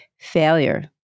failure